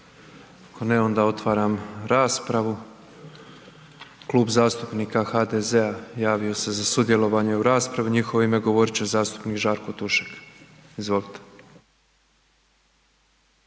Ako ne onda otvaram raspravu. Klub zastupnika HDZ-a javio se za sudjelovanje u raspravi u njihovo ime govoriti će zastupnik Ivan Šuker. Izvolite.